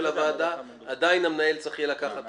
הוועדה ועדיין המנהל יהיה צריך לקבל החלטה.